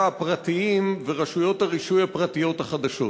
הפרטיים ורשויות הרישוי הפרטיות החדשות.